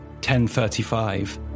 10.35